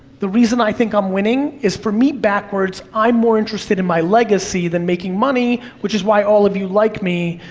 the reason i think i'm winning is, for me, backwards, i'm more interested in my legacy than making money, which is why all of you like me,